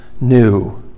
new